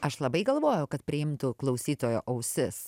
aš labai galvoju kad priimtų klausytojo ausis